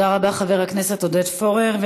תודה רבה לחבר הכנסת עודד פורר.